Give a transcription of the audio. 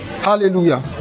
Hallelujah